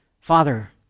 Father